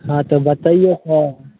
हँ तऽ बतैऔ तऽ